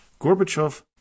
Gorbachev